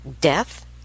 Death